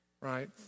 right